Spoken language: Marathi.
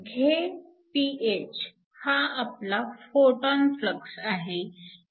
तर Γph हा आपला फोटॉन फ्लक्स आहे